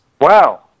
Wow